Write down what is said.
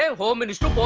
home minister.